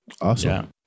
Awesome